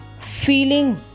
feeling